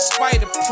Spider